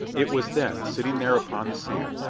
it was then, sitting there upon the sand,